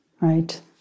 right